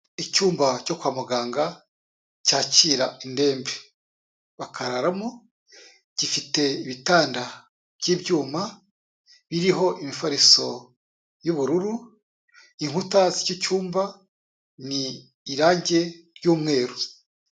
Icyumba cyo kwa muganga, cyakira indembe, bakararamo, gifite ibitanda by'ibyuma biriho imifariso y'ubururu, inkuta z'iki cyumba ni irangi ry'umweru.